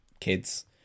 kids